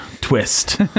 Twist